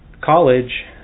college